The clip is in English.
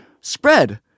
spread